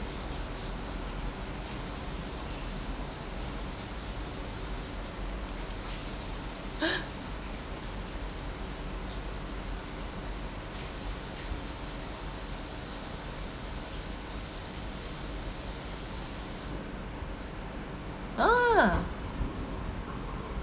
ah